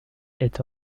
est